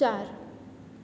ચાર